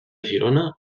girona